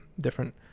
different